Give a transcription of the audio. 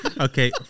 Okay